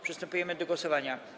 Przystępujemy do głosowania.